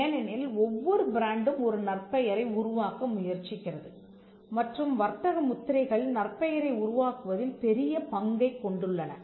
ஏனெனில் ஒவ்வொரு பிராண்டும் ஒரு நற்பெயரை உருவாக்க முயற்சிக்கிறது மற்றும் வர்த்தக முத்திரைகள் நற்பெயரை உருவாக்குவதில் பெரிய பங்கைக் கொண்டுள்ளன